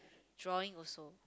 drawing also